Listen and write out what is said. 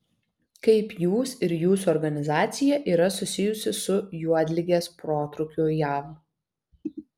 kaip jūs ir jūsų organizacija yra susijusi su juodligės protrūkiu jav